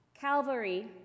Calvary